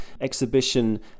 exhibition